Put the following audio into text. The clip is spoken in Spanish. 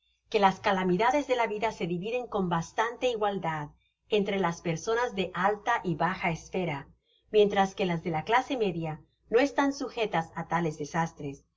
que las calamida des de la vida se dividen con bastante igualdad entre las personas de alta y baja esfera mientras que las dela clase media no están sujetas á tales desastres